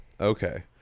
Okay